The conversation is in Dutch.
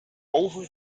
over